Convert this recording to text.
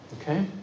Okay